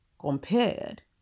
compared